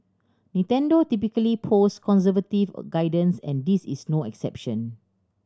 Nintendo typically posts conservative guidance and this is no exception